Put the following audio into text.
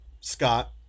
Scott